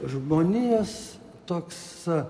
žmonijos toks